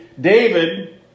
David